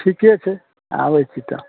ठिके छै आबै छी तऽ